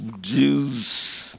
juice